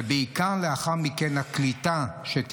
ובעיקר הקליטה שלאחר מכן,